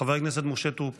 חבר הכנסת משה טור פז,